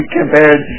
compared